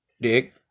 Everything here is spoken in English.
Dick